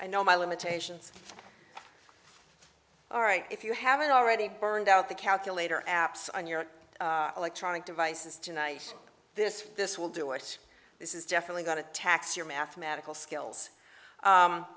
i know my limitations all right if you haven't already burned out the calculator apps on your electronic devices to nice this this will do it this is definitely going to tax your mathematical skills